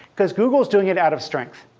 because google is doing it out of strength,